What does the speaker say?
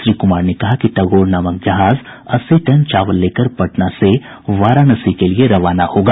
श्री कुमार ने कहा कि टेगौर नामक जहाज अस्सी टन चावल लेकर पटना से वाराणसी के लिए रवाना होगा